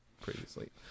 previously